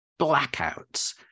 blackouts